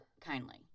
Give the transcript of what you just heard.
kindly